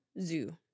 Zoo